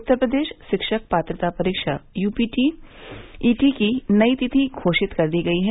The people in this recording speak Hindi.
उत्तर प्रदेश शिक्षक पात्रता परीक्षा U P T E T की नई तिथि घोषित कर दी गयी है